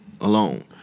Alone